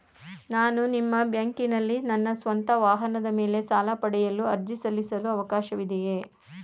ನಾನು ನಿಮ್ಮ ಬ್ಯಾಂಕಿನಲ್ಲಿ ನನ್ನ ಸ್ವಂತ ವಾಹನದ ಮೇಲೆ ಸಾಲ ಪಡೆಯಲು ಅರ್ಜಿ ಸಲ್ಲಿಸಲು ಅವಕಾಶವಿದೆಯೇ?